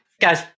guys